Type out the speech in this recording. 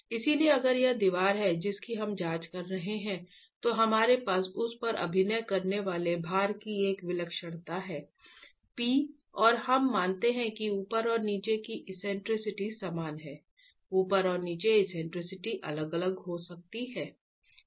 इसलिए अगर यह दीवार है जिसकी हम जांच कर रहे हैं तो हमारे पास उस पर अभिनय करने वाले भार की एक विलक्षणता है P और हम मानते हैं कि ऊपर और नीचे की एक्सेंट्रिसिटी समान है ऊपर और नीचे एक्सेंट्रिसिटी अलग अलग हो सकती हैं